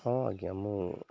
ହଁ ଆଜ୍ଞା ମୁଁ